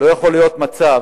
לא יכול להיות מצב